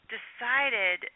Decided